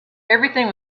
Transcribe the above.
everything